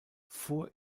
vor